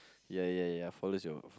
ya ya ya follows your